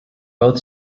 both